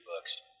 books